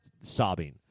sobbing